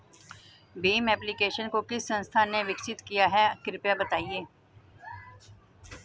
Bhim application को किस संस्था ने विकसित किया है कृपया बताइए?